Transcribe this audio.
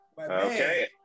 Okay